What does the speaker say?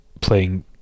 playing